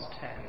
ten